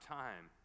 time